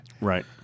Right